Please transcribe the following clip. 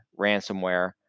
ransomware